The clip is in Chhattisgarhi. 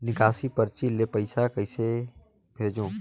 निकासी परची ले पईसा कइसे भेजों?